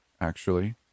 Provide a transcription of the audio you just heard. actually